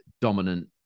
dominant